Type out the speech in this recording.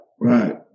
right